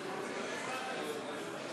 הצעת החוק לא התקבלה.